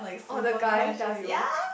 oh the guy tell you